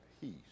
peace